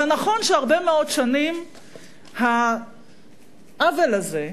זה נכון שהרבה מאוד שנים העוול הזה,